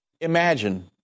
Imagine